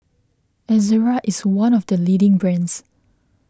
Ezerra is one of the leading brands